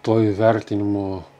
tuo įvertinimu